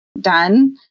done